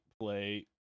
play